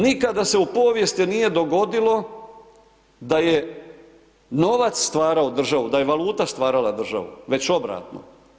Nikada se u povijesti nije dogodilo da je novac stvarao državu, da je valuta stvarala državu, već obratno.